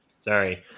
Sorry